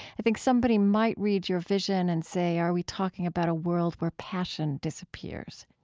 i think somebody might read your vision and say are we talking about a world where passion disappears?